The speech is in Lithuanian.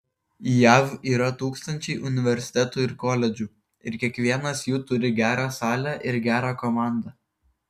jav yra tūkstančiai universitetų ir koledžų ir kiekvienas jų turi gerą salę ir gerą komandą